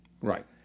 Right